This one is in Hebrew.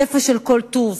שפע של כל טוב,